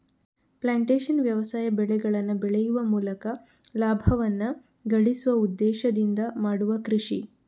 plantation ವ್ಯವಸಾಯ ಬೆಳೆಗಳನ್ನ ಬೆಳೆಯುವ ಮೂಲಕ ಲಾಭವನ್ನ ಗಳಿಸುವ ಉದ್ದೇಶದಿಂದ ಮಾಡುವ ಕೃಷಿ